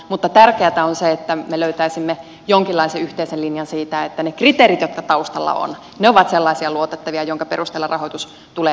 mutta tärkeätä on se että me löytäisimme jonkinlaisen yhteisen linjan siinä että ne kriteerit jotka taustalla ovat ovat sellaisia luotettavia joiden perusteella rahoitus tulee jakaa